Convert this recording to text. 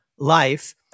life